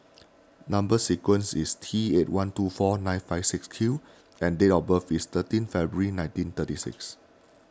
Number Sequence is T eight one two four nine five six Q and date of birth is thirteen February nineteen thirty six